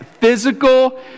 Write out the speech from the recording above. physical